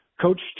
coach